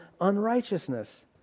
unrighteousness